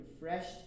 refreshed